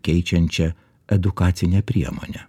keičiančia edukacine priemone